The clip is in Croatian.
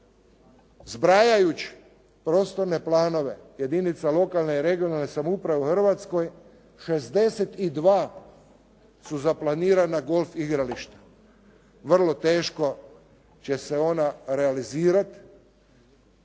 zbrajajući prostorne planove jedinica lokalne i regionalne samouprave u Hrvatskoj 62 su za planirana golf igrališta. Vrlo teško će se ona realizirati,